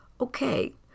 Okay